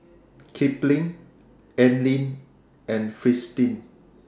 Kipling Anlene and Fristine